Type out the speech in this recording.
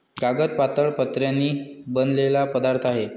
कागद पातळ पत्र्यांनी बनलेला पदार्थ आहे